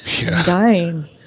dying